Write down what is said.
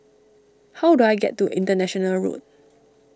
how do I get to International Road